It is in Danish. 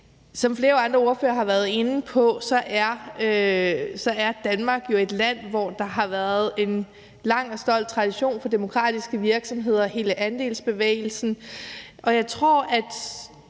Som flere andre ordførere har været inde på, er Danmark jo et land, hvor der har været en lang og stolt tradition for demokratiske virksomheder – hele andelsbevægelsen